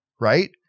right